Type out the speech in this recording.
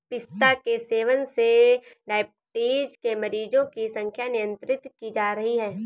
पिस्ता के सेवन से डाइबिटीज के मरीजों की संख्या नियंत्रित की जा रही है